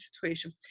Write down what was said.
situation